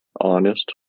Honest